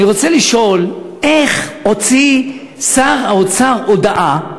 אני רוצה לשאול איך הוציא שר האוצר הודעה,